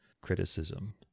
criticism